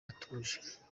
atuje